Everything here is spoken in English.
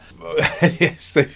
Yes